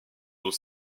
dont